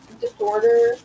disorder